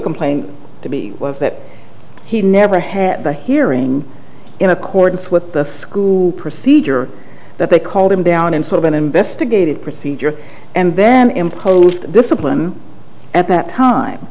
complaint to me was that he never had a hearing in accordance with the school procedure that they called him down in sort of an investigative procedure and then imposed discipline at that time